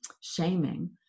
shaming